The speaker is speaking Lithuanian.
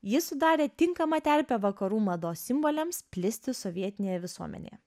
ji sudarė tinkamą terpę vakarų mados simboliams plisti sovietinėje visuomenėje